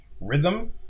rhythm